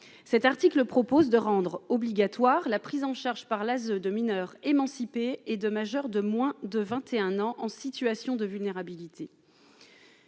cet article propose de rendre obligatoire la prise en charge par l'ASE de mineurs émancipés et 2 majeurs de moins de 21 ans, en situation de vulnérabilité.